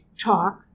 talk